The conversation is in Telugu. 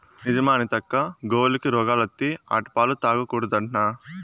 నిజమా అనితక్కా, గోవులకి రోగాలత్తే ఆటి పాలు తాగకూడదట్నా